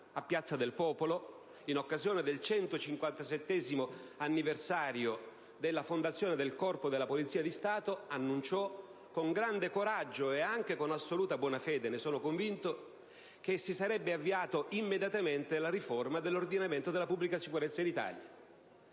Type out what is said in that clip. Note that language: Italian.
a piazza del Popolo, in occasione del 150º anniversario dalla fondazione del Corpo della Polizia di Stato, annunciò con grande coraggio e anche con assoluta buona fede, ne sono convinto, che si sarebbe avviata immediatamente la riforma dell'ordinamento della pubblica sicurezza in Italia.